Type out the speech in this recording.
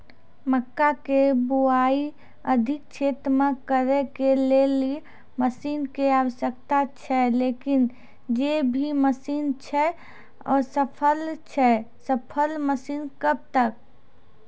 मक्का के बुआई अधिक क्षेत्र मे करे के लेली मसीन के आवश्यकता छैय लेकिन जे भी मसीन छैय असफल छैय सफल मसीन कब तक?